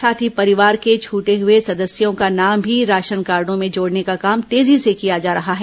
साथ ही परिवार के छूटे हुए सदस्यों का नाम भी राशन कार्डों में जोडने का काम तेजी से किया जा रहा है